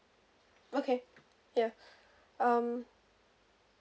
okay ya um